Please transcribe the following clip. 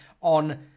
on